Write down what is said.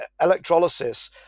electrolysis